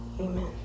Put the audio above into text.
Amen